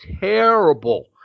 terrible